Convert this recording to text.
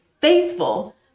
faithful